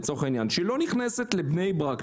רכבת שלא נכנסת לבני ברק,